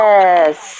Yes